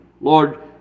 Lord